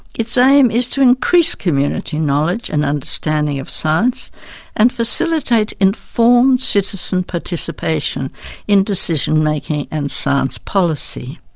its aim is to increase community knowledge and understanding of science and facilitate informed citizen participation in decision making and science policy.